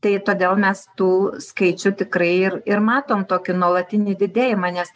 tai todėl mes tų skaičių tikrai ir ir matom tokį nuolatinį didėjimą nes